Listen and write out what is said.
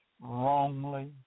wrongly